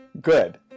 Good